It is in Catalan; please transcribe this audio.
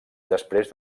després